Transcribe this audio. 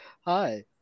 Hi